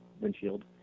windshield